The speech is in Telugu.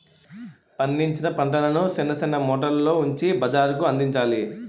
పండించిన పంటలను సిన్న సిన్న మూటల్లో ఉంచి బజారుకందించాలి